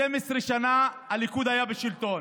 12 שנה הליכוד היה בשלטון,